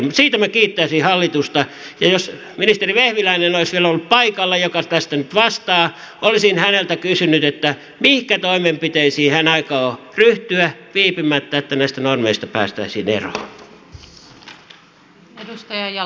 mutta siitä minä kiittäisin hallitusta ja jos ministeri vehviläinen olisi vielä ollut paikalla joka tästä nyt vastaa olisin häneltä kysynyt mihinkä toimenpiteisiin hän aikoo ryhtyä viipymättä että näistä normeista päästäisiin eroon